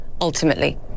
ultimately